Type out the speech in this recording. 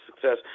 success